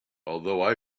although